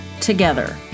together